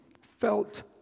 felt